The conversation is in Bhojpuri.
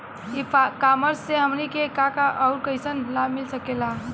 ई कॉमर्स से हमनी के का का अउर कइसन लाभ मिल सकेला?